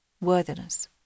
worthiness